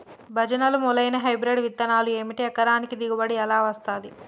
భజనలు మేలైనా హైబ్రిడ్ విత్తనాలు ఏమిటి? ఎకరానికి దిగుబడి ఎలా వస్తది?